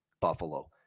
Buffalo